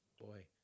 boy